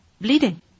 bleeding